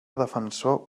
defensor